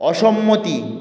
অসম্মতি